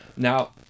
Now